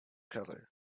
color